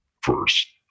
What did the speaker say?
first